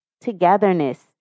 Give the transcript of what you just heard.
togetherness